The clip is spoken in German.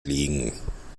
liegen